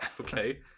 Okay